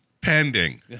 Pending